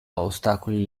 ostacoli